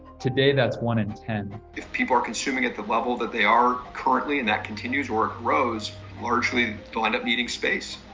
today, that's one in ten. if people are consuming at the level that they are currently and that continue or grows, largely they'll end up needing space,